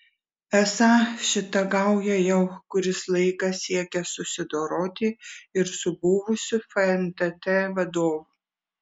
esą šita gauja jau kuris laikas siekia susidoroti ir su buvusiu fntt vadovu